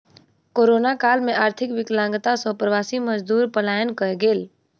corona काल में आर्थिक विकलांगता सॅ प्रवासी मजदूर पलायन कय गेल